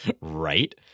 Right